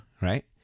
right